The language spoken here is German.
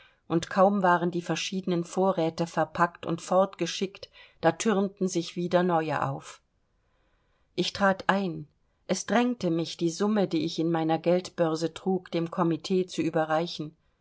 und kaum waren die verschiedenen vorräte verpackt und fortgeschickt da türmten sich wieder neue auf ich trat ein es drängte mich die summe die ich in meiner geldbörse trug dem komitee zu überreichen